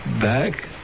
Back